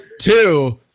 two